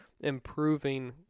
improving